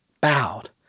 bowed